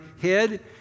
head